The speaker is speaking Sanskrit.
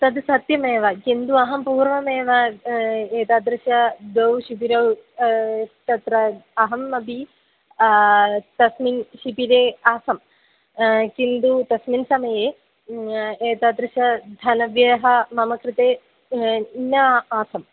तत् सत्यमेव किन्तु अहं पूर्वमेव एतादृश द्वौ शिबिरौ तत्र अहम् अपि तस्मिन् शिबिरे आसम् किन्तु तस्मिन् समये एतादृश धनव्ययः मम कृते न आसम्